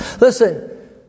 Listen